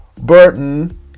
burton